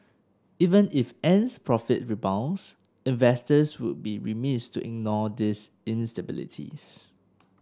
even if Ant's profit rebounds investors would be remiss to ignore these instabilities